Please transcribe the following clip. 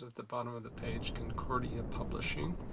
the bottom of the page, concordia publishing.